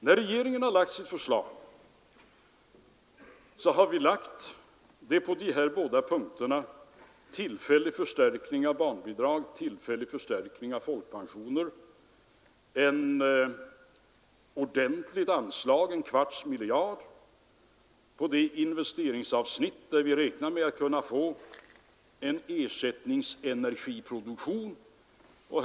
När vi i regeringen har lagt vårt förslag har vi lagt det på följande punkter: tillfällig förstärkning av barnbidrag, tillfällig förstärkning av folkpensioner och ett ordentligt anslag — en kvarts miljard kronor — till de investeringsavsnitt där vi räknar med att kunna få en produktion av ersättningsenergi.